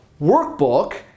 workbook